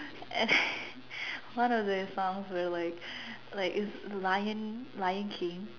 and one of the songs were like like it's lion lion king